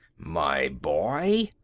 my boy,